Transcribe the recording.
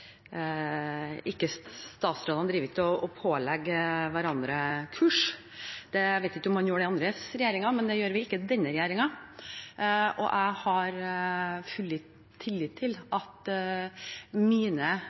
ikke driver og pålegger hverandre kurs. Jeg vet ikke om man gjør det i andres regjeringer, men det gjør vi ikke i denne regjeringen. Jeg har full tillit til at mine